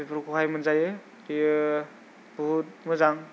बेफोरखौहाय मोनजायो बेयो बहुथ मोजां